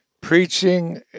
preaching